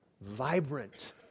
vibrant